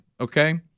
okay